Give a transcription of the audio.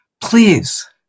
please